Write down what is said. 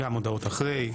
גם הודעות אחרי.